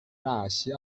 纳西